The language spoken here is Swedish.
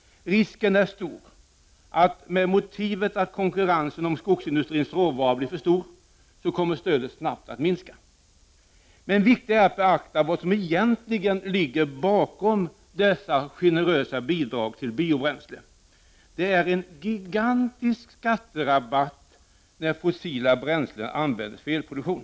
Risken är stor att — med motivet att konkurrensen inom skogsindustrins råvara blir för stor — stödet snabbt kommer att reduceras. Det är emellertid viktigare att beakta vad som egentligen ligger bakom detta generösa bidrag till biobränsle. Det är fråga om en gigantisk skatterabatt när fossila bränslen används för elproduktion.